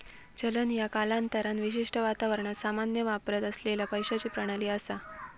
चलन ह्या कालांतरान विशिष्ट वातावरणात सामान्य वापरात असलेला पैशाची प्रणाली असा